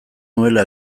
nuela